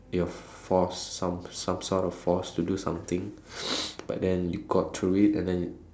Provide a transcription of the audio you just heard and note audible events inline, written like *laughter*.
your force some some sort of force to do something *noise* but then you got through it and then